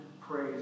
praise